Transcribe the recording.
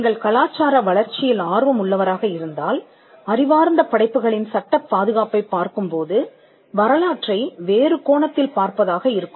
நீங்கள் கலாச்சார வளர்ச்சியில் ஆர்வம் உள்ளவராக இருந்தால் அறிவார்ந்த படைப்புகளின் சட்டப் பாதுகாப்பைப் பார்க்கும்போது வரலாற்றை வேறு கோணத்தில் பார்ப்பதாக இருக்கும்